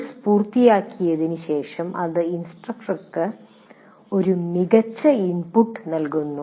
course പൂർത്തിയായതിന് ശേഷം ഇത് ഇൻസ്ട്രക്ടർക്ക് ഒരു മികച്ച ഇൻപുട്ട് നൽകുന്നു